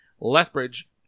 Lethbridge